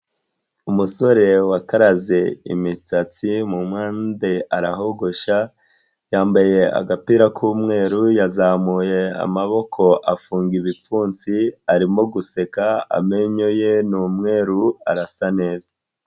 Umusore wakaraze imisatsi mu mpande arahogosha, yambaye agapira k'umweru yazamuye amaboko afunga ibipfunsi, arimo guseka amenyo ye n'umweru arasa neza.